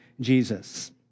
Jesus